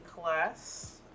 class